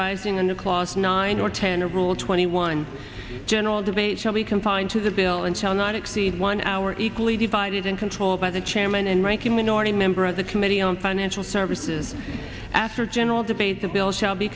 ising in the clause nine or ten a rule twenty one general debate shall be confined to the bill and shall not exceed one hour equally divided and controlled by the chairman and ranking minority member of the committee on financial services after general debate the bill shall be